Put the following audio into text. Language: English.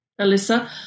Alyssa